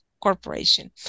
corporation